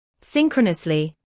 Synchronously